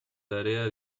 tarea